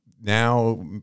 now